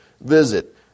visit